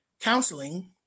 counseling